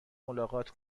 ملاقات